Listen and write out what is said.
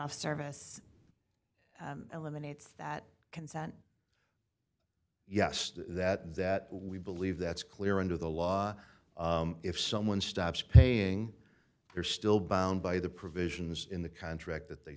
off service eliminates that consent yes to that that we believe that's clear under the law if someone stops paying they're still bound by the provisions in the contract that they